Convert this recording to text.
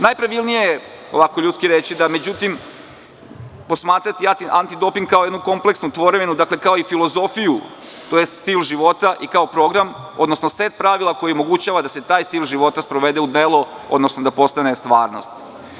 Najpravilnije, ovako ljudski reći, međutim, posmatrati antidoping kao jednu kompleksnu tvorevinu dakle, kao i filozofiju tj. stil života i kao program, odnosno set pravila koji omogućava da se taj stil života sprovede u delo, odnosno da postane stvarnost.